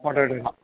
photo ആയിട്ടിടണം